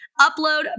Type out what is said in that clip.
upload